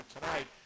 tonight